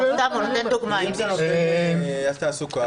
אם זה נותן תעסוקה.